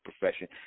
profession